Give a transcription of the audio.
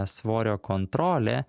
svorio kontrolė